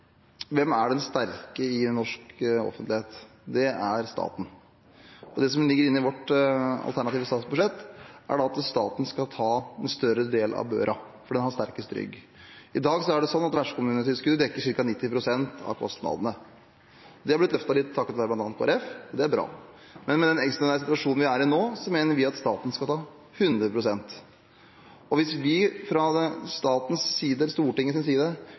Hvem er den sterke i norsk offentlighet? Det er staten. Det som ligger inne i vårt alternative statsbudsjett, er at staten skal ta en større del av børa, for den har sterkest rygg. I dag er det slik at vertskommunetilskuddet dekker ca. 90 pst. av kostnadene. Det har blitt løftet litt takket være bl.a. Kristelig Folkeparti, og det er bra. Men i den ekstraordinære situasjonen vi er i nå, mener vi at staten skal ta 100 pst. Hvis vi fra Stortingets side klarer å løfte de ulike ordningene, tror vi det